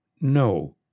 No